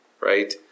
Right